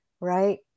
right